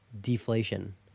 deflation